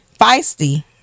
feisty